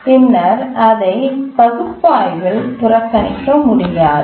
பின்னர் அதை பகுப்பாய்வில் புறக்கணிக்க முடியாது